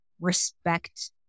respect